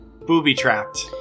booby-trapped